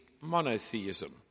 monotheism